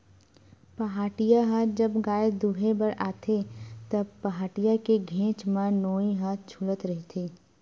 पहाटिया ह जब गाय दुहें बर आथे त, पहाटिया के घेंच म नोई ह छूलत रहिथे